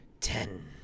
ten